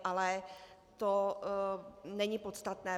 Ale to není podstatné.